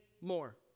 more